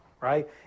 right